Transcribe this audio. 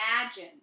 imagine